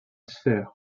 sphère